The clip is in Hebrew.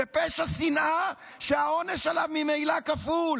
היא פשע שנאה שהעונש עליו ממילא כפול.